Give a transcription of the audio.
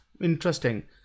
interesting